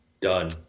done